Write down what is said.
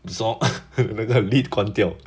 so when the lid 关掉